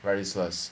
very useless